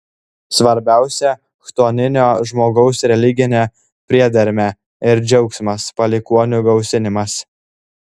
svarbiausia chtoninio žmogaus religinė priedermė ir džiaugsmas palikuonių gausinimas